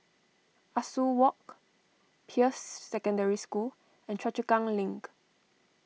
Ah Soo Walk Peirce Secondary School and Choa Chu Kang Link